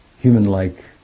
human-like